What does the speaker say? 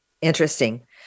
Interesting